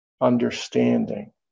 understanding